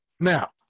Now